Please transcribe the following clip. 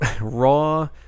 raw